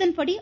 இதன்படி